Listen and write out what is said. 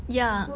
ya